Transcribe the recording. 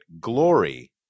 Glory